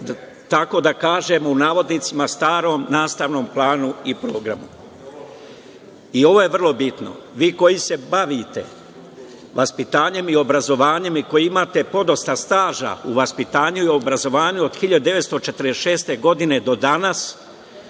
tako kažem pod navodnicima, starom nastavnom planu i programu. Ovo je vrlo bitno, vi koji se bavite vaspitanjem i obrazovanjem i koji imate podosta staža u vaspitanju i obrazovanju od 1946. godine do danas,